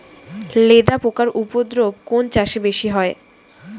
লেদা পোকার উপদ্রব কোন চাষে বেশি হয়?